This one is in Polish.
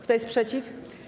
Kto jest przeciw?